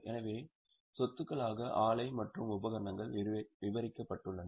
எனவே சொத்துகளாக ஆலை மற்றும் உபகரணங்கள் விவரிக்கப்பட்டுள்ளன